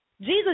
Jesus